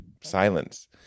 silence